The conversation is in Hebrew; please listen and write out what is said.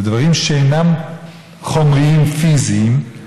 אלה דברים שאינם חומריים, פיזיים,